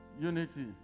Unity